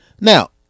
Now